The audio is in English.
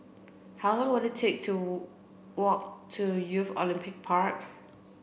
how long will it take to walk to Youth Olympic Park